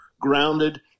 grounded